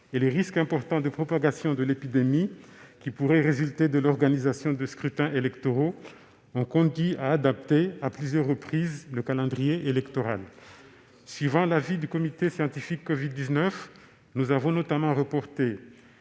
et les risques importants de propagation de l'épidémie qui pourraient résulter de l'organisation de scrutins électoraux ont conduit à adapter le calendrier électoral à plusieurs reprises. Suivant l'avis du conseil scientifique covid-19, nous avons notamment reporté